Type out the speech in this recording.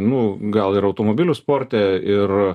nu gal ir automobilių sporte ir